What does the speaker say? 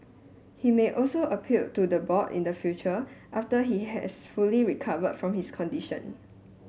he may also appeal to the board in the future after he has fully recovered from his condition